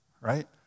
Right